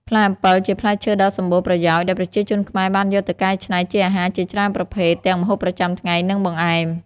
ផ្លែអំពិល ជាផ្លែឈើដ៏សម្បូរប្រយោជន៍ដែលប្រជាជនខ្មែរបានយកទៅកែច្នៃជាអាហារជាច្រើនប្រភេទ ទាំងម្ហូបប្រចាំថ្ងៃ និងបង្អែម។